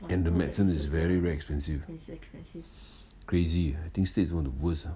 and the medicine is very very expensive crazy I think states one of the worst uh